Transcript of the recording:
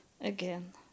again